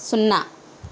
సున్నా